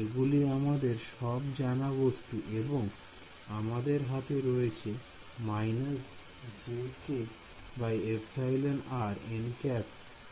এগুলি আমাদের সব জানা বস্তু এবং আমাদের হাতে রয়েছে − jkεr nˆ